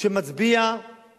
שמצביע על